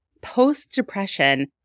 post-Depression